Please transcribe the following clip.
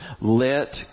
Let